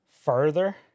Further